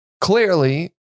Clearly